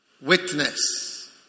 witness